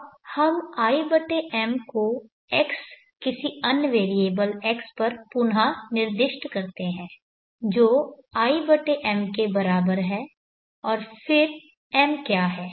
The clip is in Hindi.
अब हम i m को x किसी अन्य वेरिएबल x पर पुन निर्दिष्ट करते हैं जो im के बराबर है और फिर m क्या है